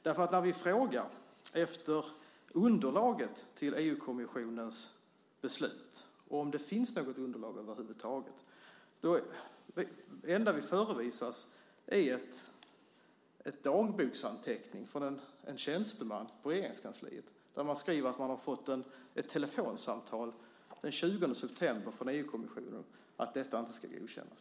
När vi frågar efter underlaget till EU-kommissionens beslut, och om det finns något underlag över huvud taget, är det enda vi förevisas en dagboksanteckning från en tjänsteman på Regeringskansliet. Där skriver man att man har fått ett telefonsamtal den 20 september från EU-kommissionen att detta inte ska godkännas.